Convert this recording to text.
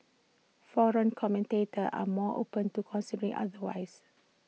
foreign commentators are more open to considering otherwise